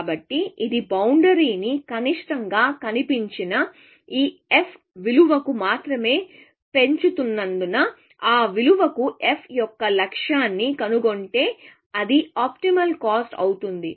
కాబట్టి ఇది బౌండరీ ని కనిష్టంగా కనిపించని f విలువకు మాత్రమే పెంచుతున్నందున ఆ విలువకు f యొక్క లక్ష్యాన్ని కనుగొంటే అది ఆప్టిమల్ కాస్ట్ అవుతుంది